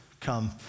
come